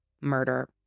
murder